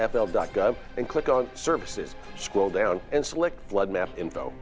f l dot gov and click on services scroll down and select flood map info